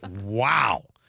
wow